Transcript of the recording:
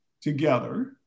together